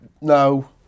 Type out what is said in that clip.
No